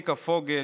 צביקה פוגל,